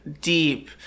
deep